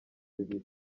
bibiri